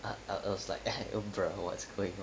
I uh was like I uh bruh what's going